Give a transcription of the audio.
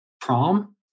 prom